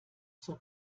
zur